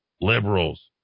Liberals